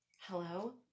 Hello